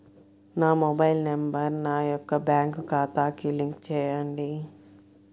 నా mobile number నా యొక్క బ్యాంక్ ఖాతాకి లింక్ చేయండీ?